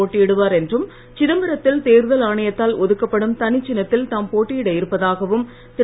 போட்டியிடுவார் என்றும் சிதம்பரத்தில் தேர்தல் அணையத்தால் ஒதுக்கப்படும் தனிச் சின்னத்தில் தாம் போட்டியிட இருப்பதாகவும் திரு